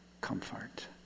comfort